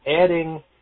adding